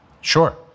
sure